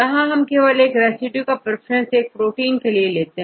यहां हम केवल एक रेसिड्यू का प्रेफरेंस एक प्रोटीन के लिए लेते हैं